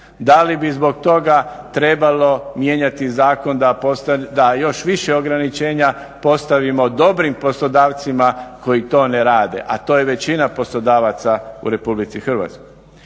Da li bi zbog toga trebalo mijenjati zakon da još više ograničenja postavimo dobrim poslodavcima koji to ne rade a to je većina poslodavaca u Republici Hrvatskoj?